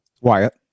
Wyatt